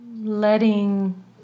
Letting